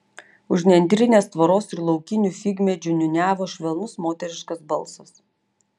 už nendrinės tvoros ir laukinių figmedžių niūniavo švelnus moteriškas balsas